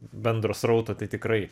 bendro srauto tai tikrai